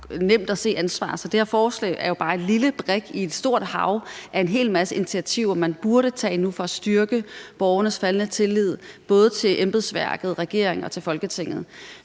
nemt at se ansvaret. Det her forslag er jo bare en lille brik i et stort hav af en hel masse initiativer, man burde tage nu for at styrke borgernes tillid både til embedsværket, regeringen og til Folketinget,